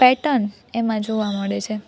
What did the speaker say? pattern એમાં જોવા મળે છે